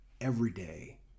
everyday